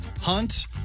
hunt